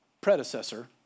predecessor